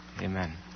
Amen